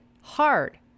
hard